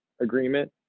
agreement